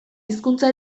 hizkuntza